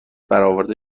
برآورده